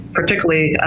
particularly